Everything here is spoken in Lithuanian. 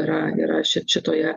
yra yra šitoje